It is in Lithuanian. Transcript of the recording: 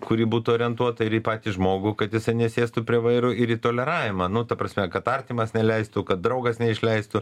kuri būtų orientuota ir į patį žmogų kad jisai nesėstų prie vairo ir į toleravimą nu ta prasme kad artimas neleistų kad draugas neišleistų